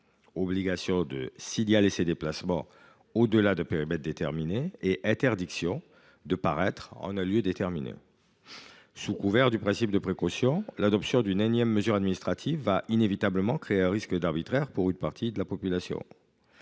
l’obligation de signaler ses déplacements au delà d’un périmètre déterminé et l’interdiction de paraître en un lieu déterminé. Sous couvert du principe de précaution, l’adoption d’une énième mesure administrative créera inévitablement un risque d’arbitraire pour une partie de la population.